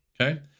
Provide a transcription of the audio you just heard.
Okay